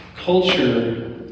culture